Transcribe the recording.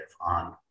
on